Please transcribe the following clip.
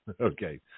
Okay